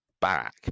back